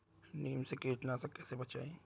नीम से कीटनाशक कैसे बनाएं?